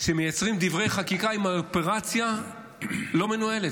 כשמייצרים דברי חקיקה עם אופרציה לא מנוהלת,